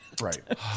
Right